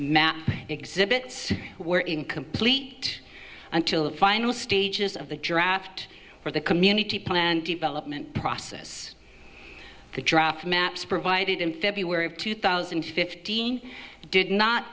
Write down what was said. met exhibits were incomplete until the final stages of the draft where the community plan and development process the draft maps provided in february of two thousand and fifteen did not